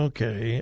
Okay